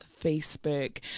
Facebook